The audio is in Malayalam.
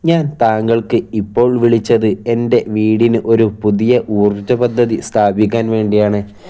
ഞാൻ താങ്കൾക്ക് ഇപ്പോൾ വിളിച്ചത് എൻ്റെ വീടിന് ഒരു പുതിയ ഊർജ പദ്ധതി സ്ഥാപിക്കാൻ വേണ്ടിയാണ്